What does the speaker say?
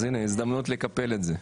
אז הנה, הזדמנות לקפל את זה.